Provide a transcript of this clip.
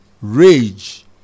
rage